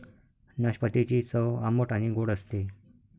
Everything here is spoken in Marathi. नाशपातीची चव आंबट आणि गोड असते